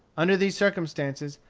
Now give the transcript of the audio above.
under these circumstances,